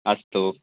अस्तु